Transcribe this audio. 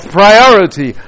priority